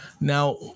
now